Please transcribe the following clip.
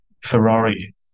Ferrari